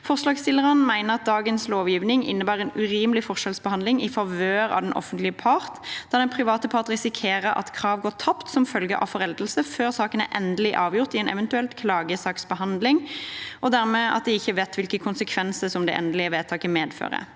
Forslagsstillerne mener at dagens lovgivning innebærer en urimelig forskjellsbehandling i favør av den offentlige part, da den private part risikerer at krav går tapt som følge av foreldelse før saken er endelig avgjort i en eventuell klagesaksbehandling, og dermed at de ikke vet hvilke konsekvenser det endelige vedtaket medfører.